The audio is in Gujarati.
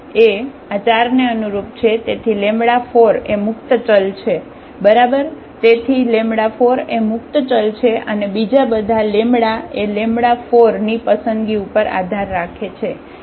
તેથી આ એ આ 4 ને અનુરૂપ છે તેથી 4 એ મુક્ત ચલ છે બરાબર તેથી 4 એ મુક્ત ચલ છે અને બીજા બધા એ 4ની પસંદગી ઉપર આધાર રાખે છે